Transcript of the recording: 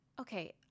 Okay